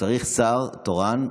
צריך שר תורן,